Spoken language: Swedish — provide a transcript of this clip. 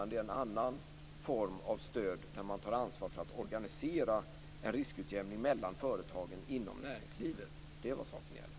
Det är en annan form av stöd där man tar ansvar för att organisera en riskutjämning mellan företagen inom näringslivet. Det är vad saken gäller.